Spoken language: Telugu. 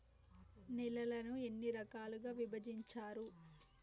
నేలలను ఎన్ని రకాలుగా విభజించారు?